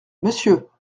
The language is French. monsieur